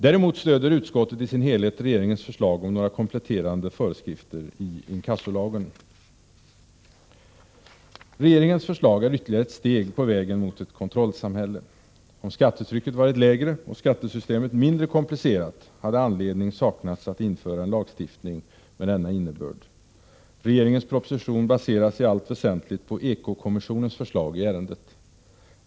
Däremot stöder utskottet i sin helhet regeringens förslag om några kompletterande föreskrifter i inkassolagen. Regeringens förslag är ytterligare ett steg på vägen mot ett ”kontrollsamhälle”. Om skattetrycket varit lägre och skattesystemet mindre komplicerat, hade anledning saknats att införa en lagstiftning med denna innebörd. Regeringens proposition baseras i allt väsentligt på Ekokommissionens förslag i ärendet.